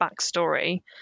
backstory